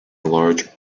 large